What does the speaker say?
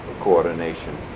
coordination